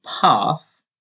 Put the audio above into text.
path